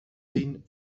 zien